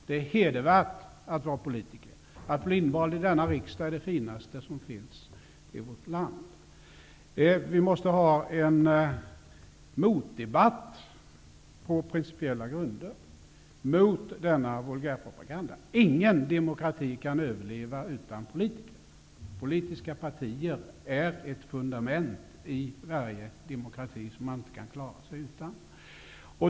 Det är hedervärt att vara politiker. Att bli invald i denna riksdag är det finaste som finns i vårt land. Vi måste ha en motdebatt på principiella grunder, en debatt mot denna vulgärpropaganda. Ingen demokrati kan överleva utan politiker. Politiska partier är ett fundament i varje demokrati som man inte kan klara sig utan.